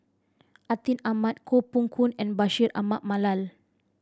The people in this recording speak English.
Atin Amat Koh Poh Koon and Bashir Ahmad Mallal